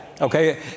Okay